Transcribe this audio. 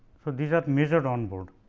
so these are measured on board.